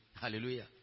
Hallelujah